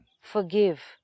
Forgive